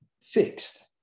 fixed